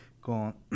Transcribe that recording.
con